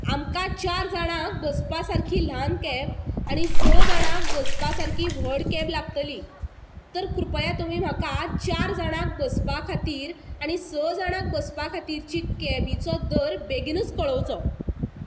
आमकां चार जाणांक बसपा सारकी ल्हान कॅब आनी स जाणांक बसपा सारकी व्हड कॅब लागतली तर कृपया तुमी म्हाका चार जाणांक बसपा खातीर आनी स जाणांक बसपा खातीरचो कॅबीचो दर बेगीनूच कळोवचो